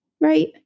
Right